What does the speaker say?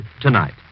tonight